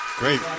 Great